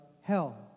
Hell